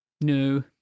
No